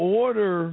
order